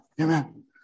amen